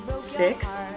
six